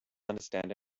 understand